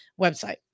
website